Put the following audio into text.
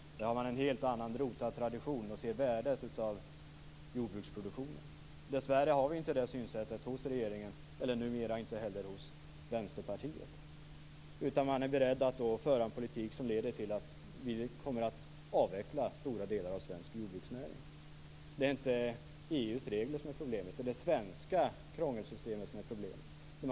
Där har man en helt annan rotad tradition och ser värdet av jordbruksproduktionen. Dessvärre har vi inte det synsättet hos regeringen och numera inte heller hos Vänsterpartiet. Man är beredd att föra en politik som leder till att stora delar av svensk jordbruksnäring kommer att avvecklas. Det är inte EU:s regler som är problemet, utan det är det svenska krångelsystemet som är det.